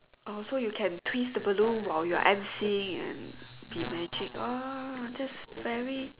orh so you can twist the balloon while you are M_C and be magic orh that's very